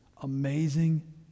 amazing